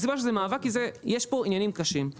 והסיבה שזה מאבק היא שיש פה עניינים קשים.